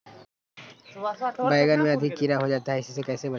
बैंगन में अधिक कीड़ा हो जाता हैं इससे कैसे बचे?